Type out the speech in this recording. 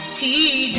t